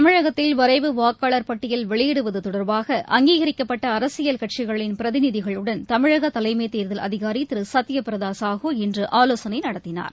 தமிழகத்தில் வரைவு வாக்காளர் பட்டியல் வெளியிடுவதுதொடர்பாக அங்கீகரிக்கப்பட்டஅரசியல் கட்சிகளின் பிரதிநிதிகளுடன் தமிழகதலைமைதேர்தல் அதிகாரிதிருசத்யபிரதாசாஹூஇன்றுஆலோசனைநடத்தினார்